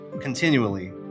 continually